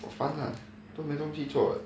for fun lah 都没东西做